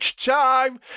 time